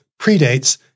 predates